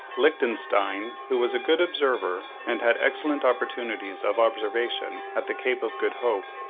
lichtenstein, who was a good observer and had excellent opportunities of observation at the cape of good hope,